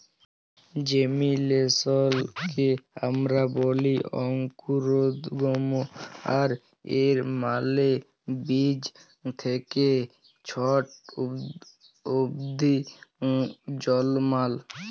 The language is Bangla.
জেমিলেসলকে আমরা ব্যলি অংকুরোদগম আর এর মালে বীজ থ্যাকে ছট উদ্ভিদ জলমাল